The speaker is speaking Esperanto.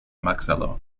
makzelo